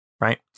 right